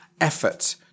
effort